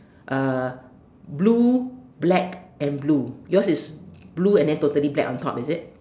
uh blue black and blue yours is blue and then totally black on top is it